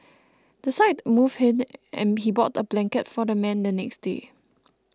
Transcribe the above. the sight moved him and he bought a blanket for the man the next day